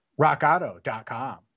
rockauto.com